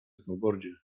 snowboardzie